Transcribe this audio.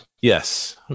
Yes